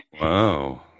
wow